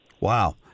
Wow